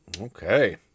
Okay